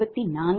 83264